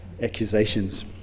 accusations